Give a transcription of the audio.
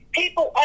people